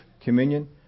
communion